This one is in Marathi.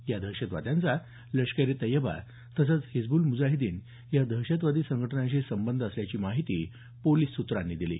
या दहशतवाद्यांचा लष्कर ए तय्यबा तसंच हिजबुल मुजाहिदीन या दहशतवादी संघटनांशी संबंध असल्याची माहिती पोलिस सूत्रांनी दिली